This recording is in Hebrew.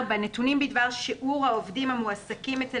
נתונים בדבר שיעור העובדים המועסקים אצל